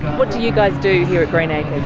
what do you guys do here at greenacres?